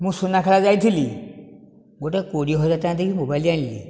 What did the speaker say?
ମୁଁ ସୁନାଖେଳା ଯାଇଥିଲି ଗୋଟିଏ କୋଡ଼ିଏ ହଜାର ଟଙ୍କା ଦେଇକି ମୋବାଇଲ ଆଣିଲି